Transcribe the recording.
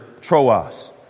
Troas